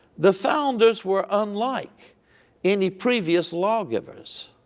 the founders were unlike any previous lawgivers.